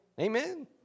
Amen